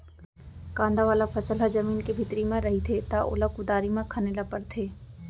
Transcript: कांदा वाला फसल ह जमीन के भीतरी म रहिथे त ओला कुदारी म खने ल परथे